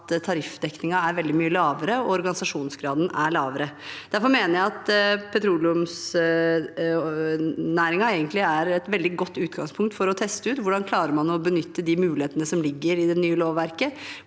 tariffdekningen er veldig mye lavere, og også organisasjonsgraden er lavere. Derfor mener jeg at petroleumsnæringen egentlig er et veldig godt utgangspunkt for å teste ut hvordan man klarer å benytte de mulighetene som ligger i det nye lovverket,